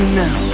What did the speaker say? now